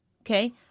okay